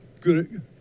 good